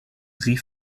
sie